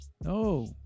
No